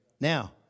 Now